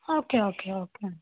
okay okay okay